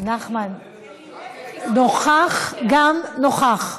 נחמן נוכח גם נוכח.